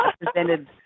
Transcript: presented